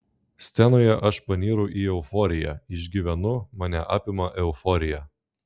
scenoje aš panyru į euforiją išgyvenu mane apima euforija